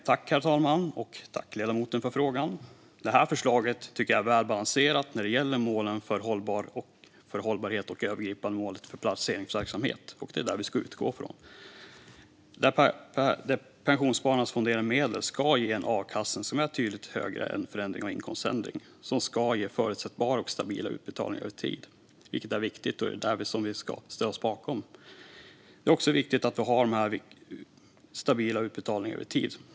Herr talman! Jag tackar ledamoten för frågan. Det här förslaget tycker jag är väl balanserat när det gäller målen för hållbarhet och det övergripande målet för placeringsverksamhet. Det är dem vi ska utgå från. Pensionsspararnas fonderade medel ska ge en avkastning som är tydligt högre än förändringar av inkomstindex. De ska ge förutsägbara och stabila utbetalningar över tid. Det är viktigt, och vi ställer oss bakom detta. Det är alltså viktigt att ha stabila utbetalningar över tid.